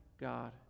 God